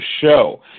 show